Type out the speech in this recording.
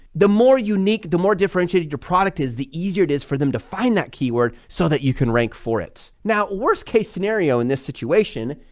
the more unique, the more differentiated your product is, the easier it is for them to find that keyword so that you can rank for it. now, worst case scenario in this situation,